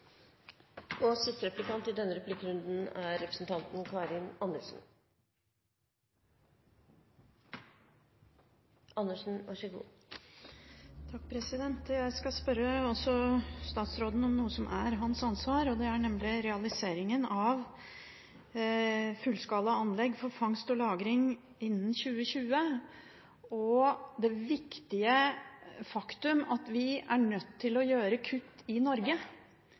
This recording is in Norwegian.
Jeg skal også spørre statsråden om noe som er hans ansvar, nemlig realiseringen av fullskalaanlegg for fangst og lagring innen 2020 og det viktige faktum at vi er nødt til å foreta kutt i Norge.